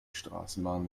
straßenbahn